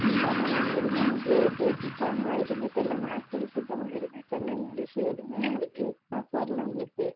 ம் ஆமாம் மேம் எதுவுமே அவங்களுக்கு பேசிக் ஃபார்முலா எதுவுமே தெரில மேக்ஸ் சொல்லி கொடுத்தாலுமே எதுவுமே தெரில இங்கிலிஷ்ஷு எதுவுமே அவங்களுக்கு மேக்ஸ் வரல அவங்களுக்கு